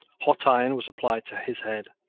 hot iron was applied to his head.